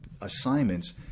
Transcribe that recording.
assignments